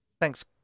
thanks